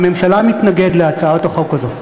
הממשלה מתנגד להצעת החוק הזאת.